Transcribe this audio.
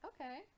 Okay